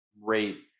rate